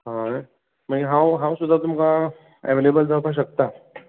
हय मागीर हांव हांव सुद्दा तुमकां एवेलेबल जावपा शकता